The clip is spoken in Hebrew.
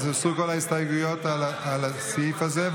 אז כל הוסרו כל ההסתייגויות לסעיף הזה,